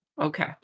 Okay